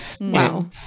Wow